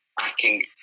asking